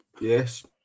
yes